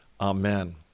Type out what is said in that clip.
Amen